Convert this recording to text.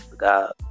God